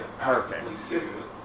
Perfect